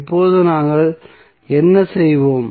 இப்போது நாங்கள் என்ன செய்வோம்